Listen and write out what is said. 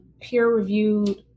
peer-reviewed